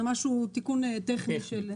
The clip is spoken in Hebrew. זה תיקון טכני.